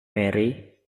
mary